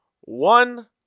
one